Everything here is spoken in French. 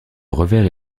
revers